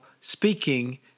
speaking